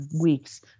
weeks